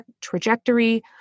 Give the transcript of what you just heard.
trajectory